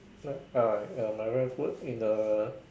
ah ya my wife work in a